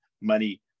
money